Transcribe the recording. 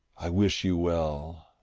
i wish you well.